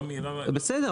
בסדר,